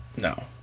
No